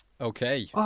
Okay